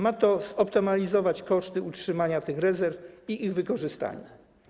Ma to zoptymalizować koszty utrzymania tych rezerw i ich wykorzystania.